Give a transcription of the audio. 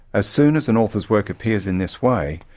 as soon as an author's work appears in this way,